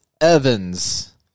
Evans